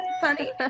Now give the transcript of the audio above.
funny